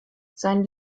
seinen